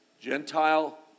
Gentile